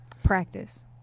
Practice